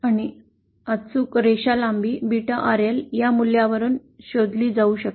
आणि अचूक रेषा लांबी beta RL या मूल्यावरून शोधली जाऊ शकते